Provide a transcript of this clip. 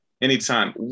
Anytime